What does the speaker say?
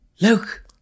Luke